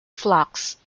flocks